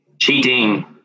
Cheating